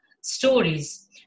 stories